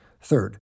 Third